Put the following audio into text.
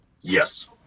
Yes